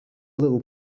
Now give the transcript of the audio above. little